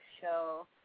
show